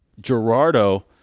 Gerardo